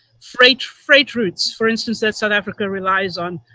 freight freight routes, for instance, that south africa relies on.